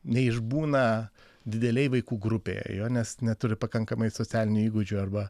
neišbūna didelėj vaikų grupėje jo nes neturi pakankamai socialinių įgūdžių arba